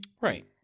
right